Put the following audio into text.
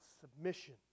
submission